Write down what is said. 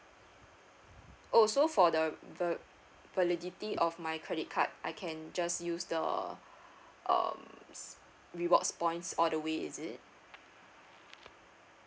oh so for the the validity of my credit card I can just use the um s~ rewards points all the way is it